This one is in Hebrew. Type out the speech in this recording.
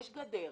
יש גדר,